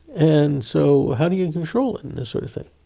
and so how do you control and and this sort of thing?